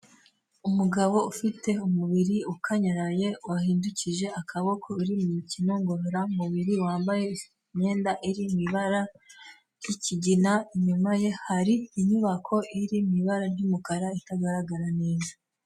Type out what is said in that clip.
Umugabo ufite umubiri ukanyaraye, wahindukije akaboko, uri mu mikino ngororamubiri, wambaye imyenda iri mu ibara ry'ikigina, inyuma ye hari inyubako iri mu ibara ry'umukara itagaragara neza.